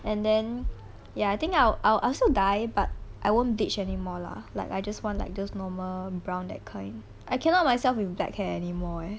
and then ya I think I I'll also dye but I won't bleach anymore lah like I just want like those normal brown that kind I cannot myself with black hair anymore leh